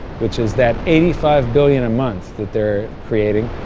which is that eighty five billion a month that they're creating,